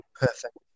perfect